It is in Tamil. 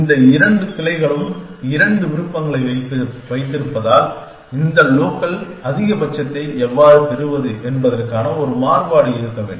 இந்த இரண்டு கிளைகளும் இரண்டு விருப்பங்களை வைத்திருப்பதால் இந்த லோக்கல் அதிகபட்சத்தை எவ்வாறு பெறுவது என்பதற்கான ஒரு மாறுபாடு இருக்க வேண்டும்